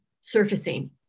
surfacing